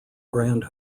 grand